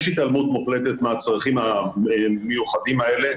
יש התעלמות מוחלטת מהצרכים המיוחדים האלה.